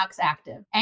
Active